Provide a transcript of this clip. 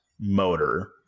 motor